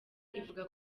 ivuga